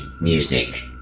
music